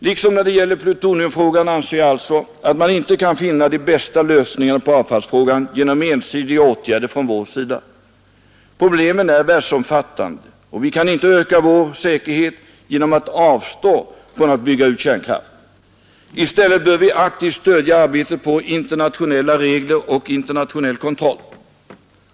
Liksom när det gäller plutoniumfrågan anser jag alltså att man inte kan finna de bästa lösningarna på avfallsfrågan genom ensidiga åtgärder från vår sida. Problemen är världsomfattande, och vi kan inte öka vår säkerhet genom att avstå från att bygga ut kärnkraft. I stället bör vi aktivt stödja arbetet på internationella regler och internationell kontroll.